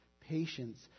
patience